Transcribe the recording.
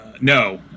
No